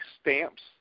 stamps